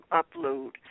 upload